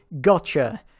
Gotcha